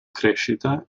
crescita